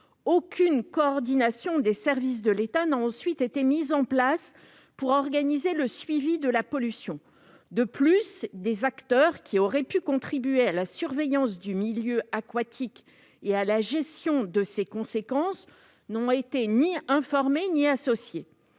Aucune coordination des services de l'État n'a ensuite été mise en place pour organiser le suivi de la pollution. De plus, des acteurs qui auraient pu contribuer à la surveillance du milieu aquatique et à la gestion de ces conséquences n'ont été ni informés ni associés.